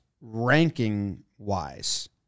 ranking-wise